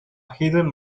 hidden